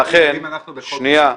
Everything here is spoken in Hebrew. אם אנחנו בחוק --- לכן,